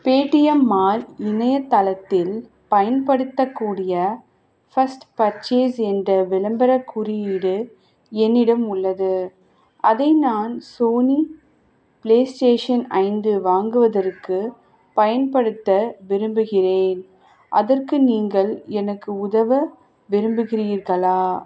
Paytm mall இணையதளத்தில் பயன்படுத்தக்கூடிய first purchase என்ற விளம்பர குறியீடு என்னிடம் உள்ளது அதை நான் சோனி ப்ளே ஸ்டேஷன் ஐந்து வாங்குவதற்கு பயன்டுத்த விரும்புகிறேன் அதற்கு நீங்கள் எனக்கு உதவ விரும்புகிறீர்களா